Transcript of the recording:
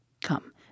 Come